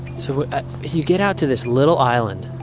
so you get out to this little island